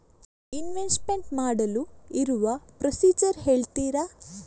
Investment ಮಾಡಲು ಇರುವ procedure ಹೇಳ್ತೀರಾ?